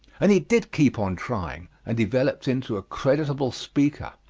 and he did keep on trying and developed into a creditable speaker.